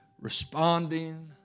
responding